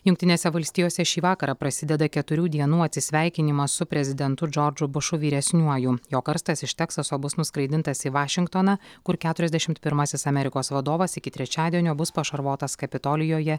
jungtinėse valstijose šį vakarą prasideda keturių dienų atsisveikinimas su prezidentu džordžu bušu vyresniuoju jo karstas iš teksaso bus nuskraidintas į vašingtoną kur keturiasdešimt pirmasis amerikos vadovas iki trečiadienio bus pašarvotas kapitolijuje